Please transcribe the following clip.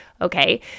okay